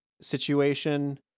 situation